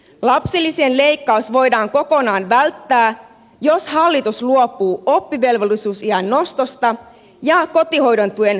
lapsilisien leikkaus voidaan kokonaan välttää jos hallitus luopuu oppivelvollisuusiän nostosta ja kotihoidon tuen pakkokiintiöittämisestä